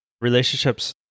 relationships